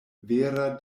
vera